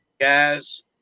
Guys